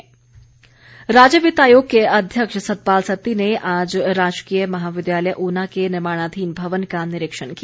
सतपाल सत्ती राज्य वित्त आयोग के अध्यक्ष सतपाल सत्ती ने आज राजकीय महाविद्यालय ऊना के निर्माणाधीन भवन का निरीक्षण किया